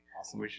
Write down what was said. Awesome